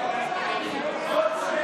אתה אפילו לא מכיר את הבית הזה.